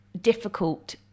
difficult